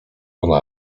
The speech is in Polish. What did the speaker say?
ona